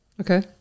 Okay